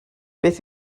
beth